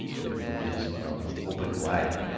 pinocchio's mouth opened wide.